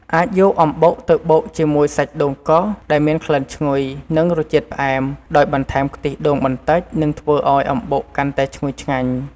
អាចយកអំបុកទៅបុកជាមួយសាច់ដូងកោស ដែលមានក្លិនឈ្ងុយ និងរសជាតិផ្អែម ដោយបន្ថែមខ្ទិះដូងបន្តិច នឹងធ្វើឱ្យអំបុកកាន់តែឈ្ងុយឆ្ងាញ់។